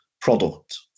product